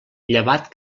llevat